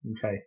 Okay